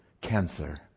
cancer